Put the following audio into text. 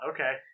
Okay